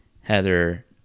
Heather